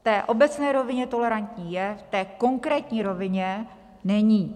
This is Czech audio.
V té obecné rovině tolerantní je, v té konkrétní rovině není.